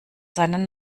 seinen